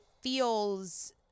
feels